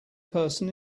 person